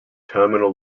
terminal